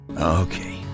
Okay